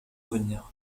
revenir